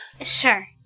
Sure